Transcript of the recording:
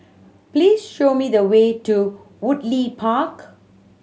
please show me the way to Woodleigh Park